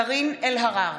קארין אלהרר,